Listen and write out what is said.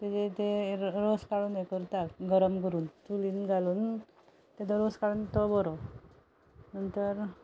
तेजेर तें रोस काडून हे करता गरम करून चुलीन घालून तेजो रोस काडून तो बरो नंतर